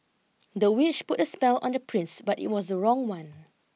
the witch put a spell on the prince but it was wrong one